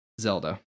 Zelda